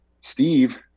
steve